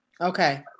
Okay